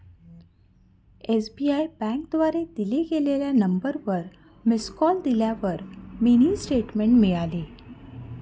SBI बँकेद्वारे दिल्या गेलेल्या नंबरवर मिस कॉल दिल्यावर मिनी स्टेटमेंट मिळाली